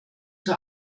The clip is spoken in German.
zur